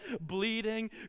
bleeding